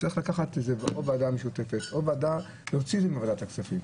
או בוועדה משותפת, להוציא אותו מוועדת הכספים.